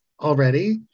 already